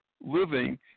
living